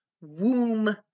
womb